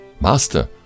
Master